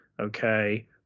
okay